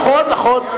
נכון.